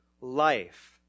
life